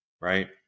right